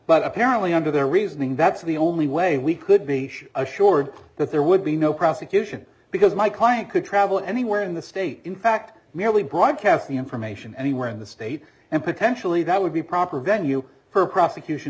but apparently under their reasoning that's the only way we could be assured that there would be no prosecution because my client could travel anywhere in the state in fact merely broadcast the information anywhere in the state and potentially that would be a proper venue for prosecution